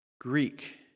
Greek